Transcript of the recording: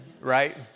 right